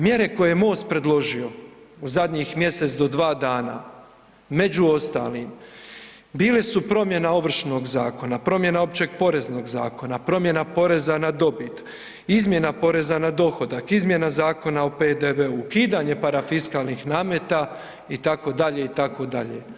Mjere koje je MOST predložio u zadnjih mjesec do dva dana, među ostalim bili su promjena Ovršnog zakona, promjena Općeg poreznog zakona, promjena poreza na dobit, izmjena poreza na dohodak, izmjena Zakona o PDV-u, ukidanje parafiskalnih nameta itd., itd.